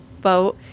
vote